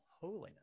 Holiness